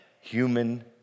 human